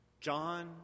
John